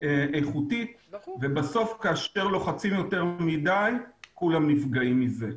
איכותית ובסוף כאשר לוחצים יותר מדי כולם נפגעים מזה.